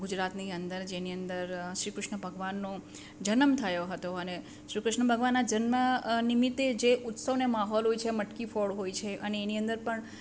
ગુજરાતની અંદર જેની અંદર શ્રી કૃષ્ણ ભગવાનનો જનમ થયો હતો અને શ્રી કૃષ્ણ ભગવાનના જન્મ નિમિત્તે જે ઉત્સવને માહોલ હોય છે મટકી ફોડ હોય છે અને એની અંદર પણ